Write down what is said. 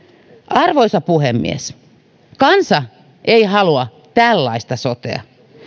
arvoisa puhemies kansa ei halua tällaista sotea